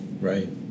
Right